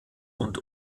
und